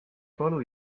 palu